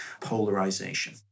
polarization